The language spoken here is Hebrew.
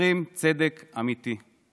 מייצרים צדק אמיתי,